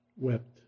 wept